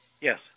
Yes